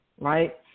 right